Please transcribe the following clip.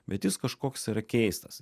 bet jis kažkoks keistas